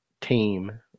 team